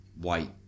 white